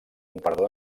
parador